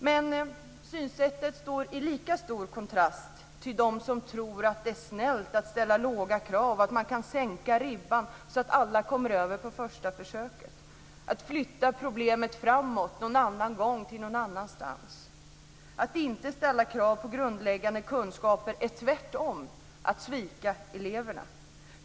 Men synsättet står i lika stor kontrast till dem som tror att det är snällt att ställa låga krav, att man kan sänka ribban så att alla kommer över på första försöket och att flytta problemet framåt till någon annan gång någon annanstans. Att inte ställa krav på grundläggande kunskaper är tvärtom att svika eleverna.